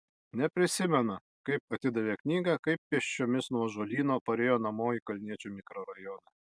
neprisimena kaip atidavė knygą kaip pėsčiomis nuo ąžuolyno parėjo namo į kalniečių mikrorajoną